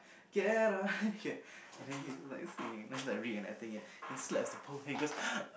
get on it get and then he's like singing that's like reenacting it he slaps the pole and goes